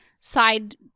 side